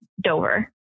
Dover